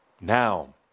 now